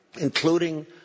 including